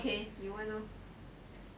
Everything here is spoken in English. okay 你问 lor